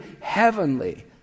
heavenly